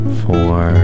four